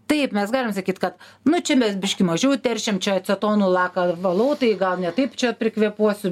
taip mes galim sakyt kad nu čia mes biškį mažiau teršiam čia acetonu laką valau tai gal ne taip čia prikvėpuosiu